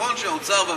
כשהיא מחוקקת חוק חדש,